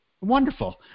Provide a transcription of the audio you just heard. Wonderful